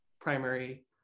primary